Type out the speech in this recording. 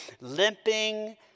limping